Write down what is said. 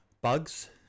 bugs